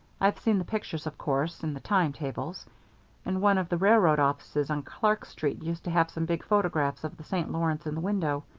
i've seen the pictures, of course, in the time-tables and one of the railroad offices on clark street used to have some big photographs of the st. lawrence in the window.